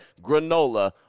granola